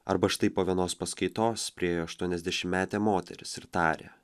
arba štai po vienos paskaitos priėjo aštuoniasdešimtmetė moteris ir tarė